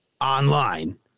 online